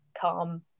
calm